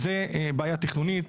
זה בעיה תכנונית,